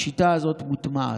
והשיטה הזאת מוטמעת.